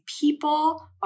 people